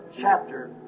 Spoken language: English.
chapter